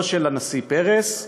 לא של הנשיא פרס,